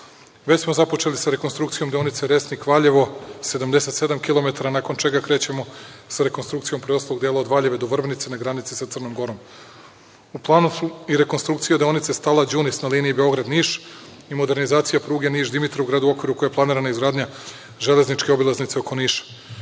Već smo započeli sa rekonstrukcijom deonice Resnik – Valjevo, 77 kilometara nakon čega krećemo sa rekonstrukcijom preostalog dela od Valjeva do Vrbnice na granici sa Crnom Gorom.U planu je i rekonstrukcija i deonice Stalać - Đunis na liniji Beograd – Niš i modernizacija pruge Niš – Dimitrovgrad u okviru koje je planirana izgradnja železničke obilaznice oko Niša.